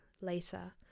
later